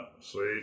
Sweet